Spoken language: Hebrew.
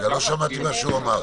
לא שמעתי את מה שהוא אמר.